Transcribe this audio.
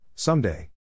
Someday